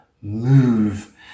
move